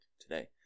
today